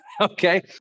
okay